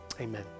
Amen